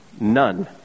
none